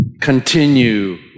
Continue